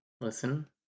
Listen